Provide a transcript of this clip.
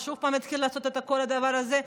הוא שוב יתחיל לעשות את כל הדבר הזה,